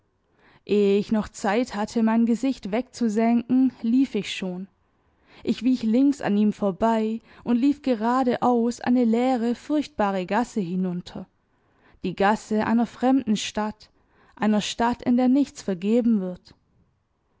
ich noch zeit hatte mein gesicht wegzusenken lief ich schon ich wich links an ihm vorbei und lief geradeaus eine leere furchtbare gasse hinunter die gasse einer fremden stadt einer stadt in der nichts vergeben wird